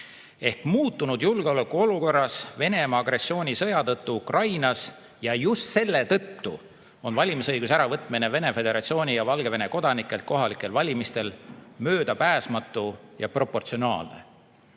Muutunud julgeolekuolukorras ja Venemaa agressioonisõja tõttu Ukrainas – ja just selle tõttu – on valimisõiguse äravõtmine Vene föderatsiooni ja Valgevene kodanikelt kohalikel valimistel möödapääsmatu ja proportsionaalne.